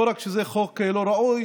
לא רק שזה חוק לא ראוי.